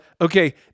Okay